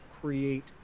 create